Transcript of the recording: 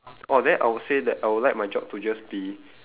oh then I will say that I will like my job to just be